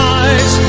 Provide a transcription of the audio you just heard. eyes